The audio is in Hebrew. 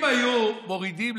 אם היו מורידים,